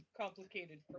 complicated